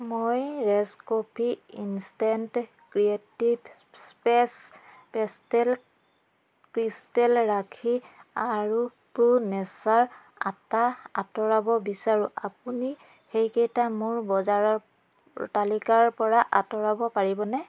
মই Rage Coffee instant creative স্পেচ pastel crystal ৰাখী আৰু প্ৰ' নেচাৰ আটাহ আঁতৰাব বিচাৰোঁ আপুনি সেইকেইটা মোৰ বজাৰৰ তালিকাৰ পৰা আঁতৰাব পাৰিবনে